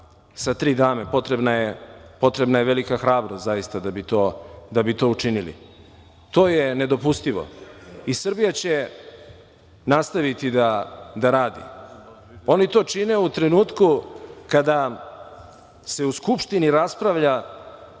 sa tri dame. Potrebna je velika hrabrost zaista da bi to učinili. To je nedopustivo. Srbija će nastaviti da radi. Oni to čine u trenutku kada se u Skupštini raspravlja